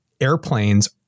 airplanes